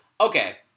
okay